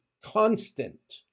constant